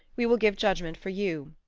we will give judgment for you.